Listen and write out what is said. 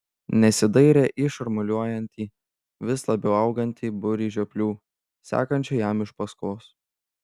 nesidairė į šurmuliuojantį vis labiau augantį būrį žioplių sekančių jam iš paskos